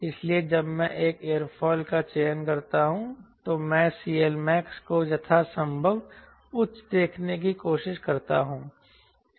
इसलिए जब मैं एक एयरफॉइल का चयन करता हूं तो मैं CLmax को यथासंभव उच्च देखने की कोशिश करता हूं